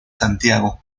santiago